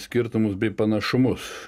skirtumus bei panašumus